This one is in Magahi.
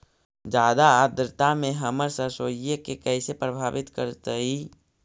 जादा आद्रता में हमर सरसोईय के कैसे प्रभावित करतई?